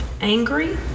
angry